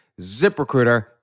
ZipRecruiter